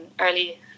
early